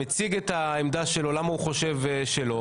מציג את העמדה שלו למה הוא חושב שלא.